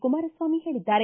ಕುಮಾರಸ್ವಾಮಿ ಹೇಳಿದ್ದಾರೆ